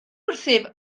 wrthyf